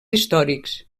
històrics